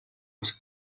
was